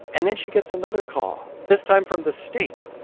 and then she gets another call, this time from the state.